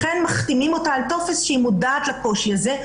לכן מחתימים אותה על טופס שהיא מודעת לקושי הזה.